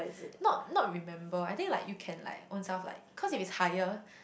not not remember I think like you can like own self like cause if it's higher